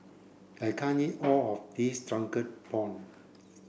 I can't eat all of this drunken prawns